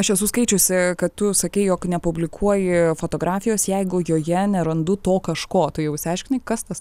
aš esu skaičiusi kad tu sakei jog nepublikuoji fotografijos jeigu joje nerandu to kažko tu jau išsiaiškinai kas tas